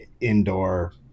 indoor